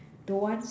the ones